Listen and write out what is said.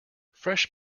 fresh